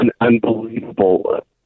unbelievable